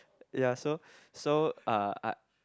ya so so uh I